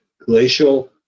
glacial